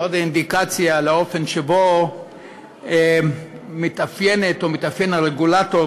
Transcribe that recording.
עוד אינדיקציה לאופן שבו מתאפיינת או מתאפיין הרגולטור,